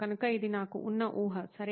కనుక ఇది నాకు ఉన్న ఊహ సరే